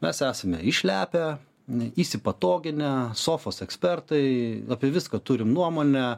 mes esame išlepę ne įsipatoginę sofos ekspertai apie viską turim nuomonę